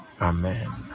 amen